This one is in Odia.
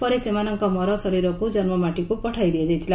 ପରେ ସେମାନଙ୍କ ମରଶରୀରକୁ ଜନ୍ମମାଟିକୁ ପଠାଇ ଦିଆଯାଇଥିଲା